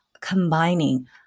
combining